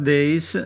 Days